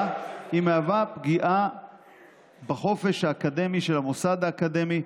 מהווה פגיעה בחופש האקדמי של המוסד האקדמי,